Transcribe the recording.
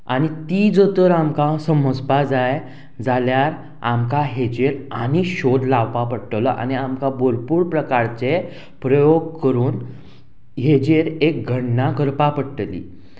आनी ती जर तर आमकां समजपा जाय जाल्यार आमकां हेजेर आनी शोध लावपा पडटलो आनी आमकां भरपूर प्रकारचे प्रयोग करून हेजेर एक घडणां करपा पडटली